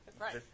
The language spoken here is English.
Right